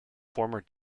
former